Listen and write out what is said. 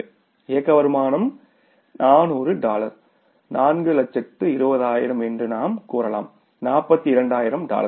operating income 400 dollar 420000 என்று நாம் கூறலாம் 42000 டாலர்கள்